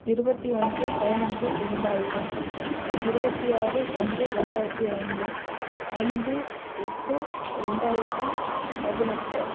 இருபத்தி ஒன்று பதினொன்று இரண்டாயிரம் இருபத்தி ஆறு ஒன்று ரெண்டாயிரத்தி ஐந்து ஐந்து எட்டு ரெண்டாயிரத்தி பதினெட்டு